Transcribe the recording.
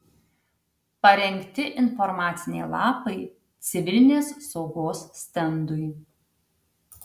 parengti informaciniai lapai civilinės saugos stendui